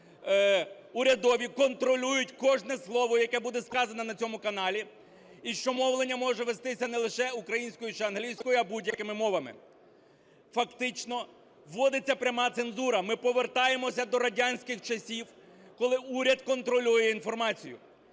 урядові контролюють кожне слово, яке буде сказане на цьому каналі, і що мовлення може вестися не лише українською чи англійською, а будь-якими мовами. Фактично вводиться пряма цензура, ми повертаємося до радянських часів, коли уряд контролює інформацію.